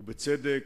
ובצדק.